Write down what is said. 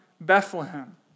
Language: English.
Bethlehem